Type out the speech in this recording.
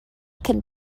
cyn